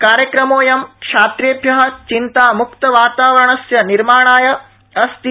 कार्यक्रमोऽयं छात्रेभ्य चिन्तामुक्त वातावरणस्य निर्माणाय अस्ति